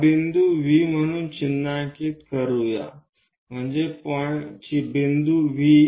हा बिंदू V म्हणून चिन्हांकित करू या म्हणजे बिंदू V